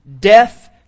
death